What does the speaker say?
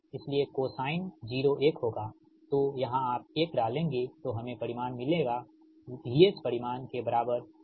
इसलिए को साइन 01 होगा तो यहाँ आप एक डालेंगे तो हमें परिमाण मिलेगा VS परिमाण के बराबर VR